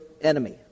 enemy